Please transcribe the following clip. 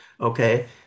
okay